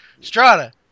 Strata